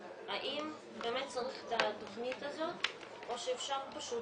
האם באמת צריך את התכנית הזאת או שאפשר פשוט